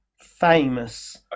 famous